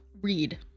read